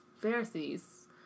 Pharisees